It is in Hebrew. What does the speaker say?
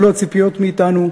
אלה הציפיות מאתנו,